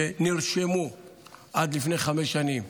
שנרשמו עד לפני חמש שנים,